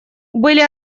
были